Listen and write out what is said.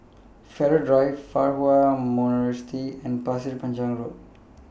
Farrer Drive Fa Hua Monastery and Pasir Panjang Road